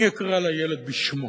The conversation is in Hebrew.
אני אקרא לילד בשמו,